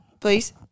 Please